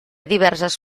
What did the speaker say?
diverses